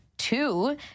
two